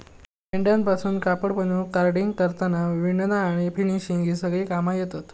मेंढ्यांपासून कापड बनवूक कार्डिंग, कातरना, विणना आणि फिनिशिंग ही सगळी कामा येतत